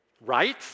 Right